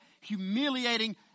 humiliating